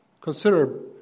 Consider